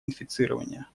инфицирования